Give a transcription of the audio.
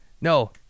No